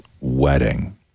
wedding